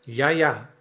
ja ja